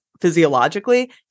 physiologically